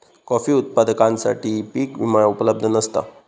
coffee उत्पादकांसाठी पीक विमा उपलब्ध नसता